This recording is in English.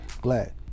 glad